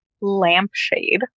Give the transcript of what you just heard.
lampshade